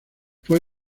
fue